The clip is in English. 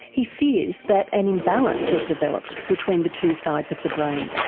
he fears that an imbalance has developed between the two sides of the brain.